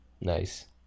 Nice